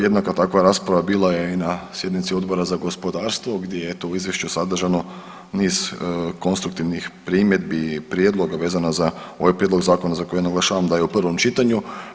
Jednaka takva rasprava bila je i na sjednici Odbora za gospodarstvo gdje je eto u izvješću sadržano niz konstruktivnih primjedbi i prijedloga vezano za ovaj prijedlog zakona za koji naglašavam da je u prvom čitanju.